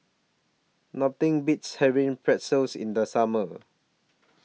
Nothing Beats having Pretzels in The Summer